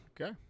Okay